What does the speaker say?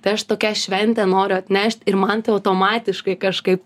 tai aš tokią šventę noriu atnešt ir man tai automatiškai kažkaip